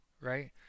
right